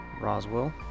Roswell